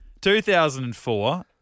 2004